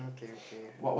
okay okay